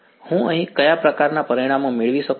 તો હું અહીં કયા પ્રકારનાં પરિણામો મેળવી શકું